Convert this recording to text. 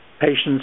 patients